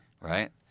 Right